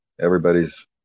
Everybody's